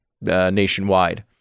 nationwide